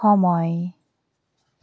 সময়